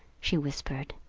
she whispered,